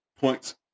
points